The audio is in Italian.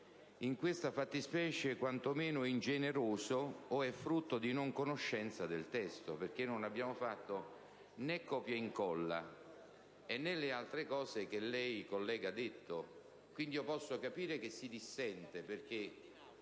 in questa fattispecie sono quantomeno ingenerose o frutto della non conoscenza del testo, perché non abbiamo fatto né un copia e incolla, né le altre cose che lei, senatore Pedica, ha detto. Posso capire che si dissenta, perché